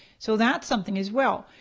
so that's something as well.